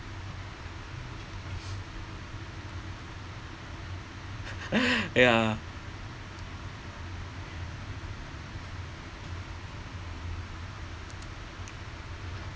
ya